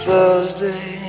Thursday